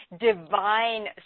divine